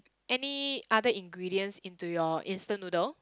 any other ingredients into your instant noodle